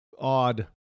odd